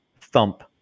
Thump